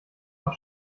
auch